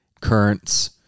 currents